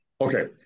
Okay